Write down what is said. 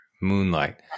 Moonlight